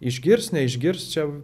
išgirs neišgirs čia